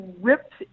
ripped